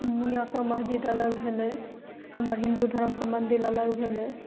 मियाँके मस्जिद अलग भेलय हमर हिन्दू धर्मके मन्दिर अलग भेलय